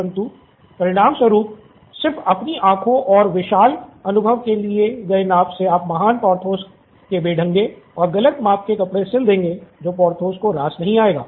परंतु परिणाम स्वरूप सिर्फ अपनी आँखों और विशाल अनुभव से लिए गए नाप से आप महान पार्थो के बेढंगे और गलत माप के कपड़े सील देंगे जो पार्थो को रास नहीं आएगा